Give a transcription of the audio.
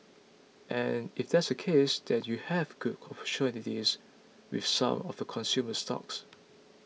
and if that's the case that you have good opportunities with some of the consumer stocks